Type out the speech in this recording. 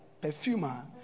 perfumer